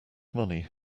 money